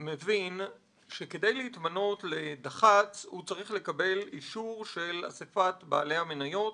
כדי להתמנות לדח"צ צריך לקבל את אישור אסיפת בעלי המניות